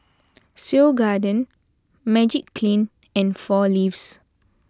Seoul Garden Magiclean and four Leaves